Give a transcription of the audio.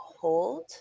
hold